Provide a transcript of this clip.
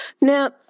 Now